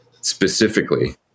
specifically